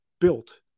built